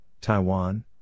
Taiwan